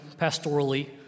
pastorally